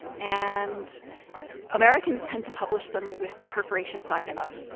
and americans tend to publish them with the perforation side up,